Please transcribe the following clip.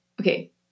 okay